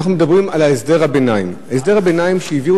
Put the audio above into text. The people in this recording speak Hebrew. אנחנו מדברים על הסדר הביניים שבו העבירו